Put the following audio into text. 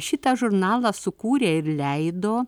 šitą žurnalą sukūrė ir leido